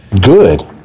good